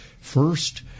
First